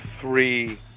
three